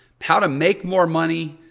how to make more money,